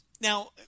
Now